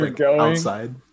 outside